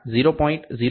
00055 57